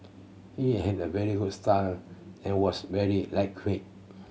he had a very good style and was very lightweight